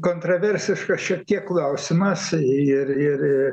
kontraversiškas šiek tiek klausimas ir ir